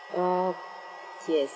uh yes